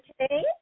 today